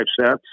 sets